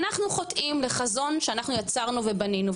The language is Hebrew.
אנחנו חוטאים לחזון שאנחנו יצרנו ובנינו,